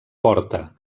porta